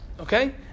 Okay